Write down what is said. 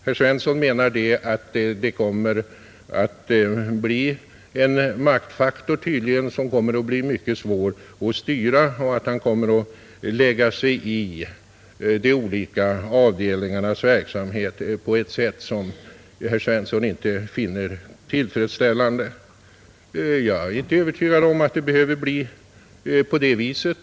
Herr Svensson menar att kanslichefen kommer att bli en maktfaktor som blir mycket svår att styra och att han kommer att lägga sig i de olika avdelningarnas verksamhet på ett sätt som herr Svensson tror kan bli besvärligt. Jag är inte övertygad om att det behöver bli på det viset.